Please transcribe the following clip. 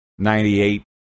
98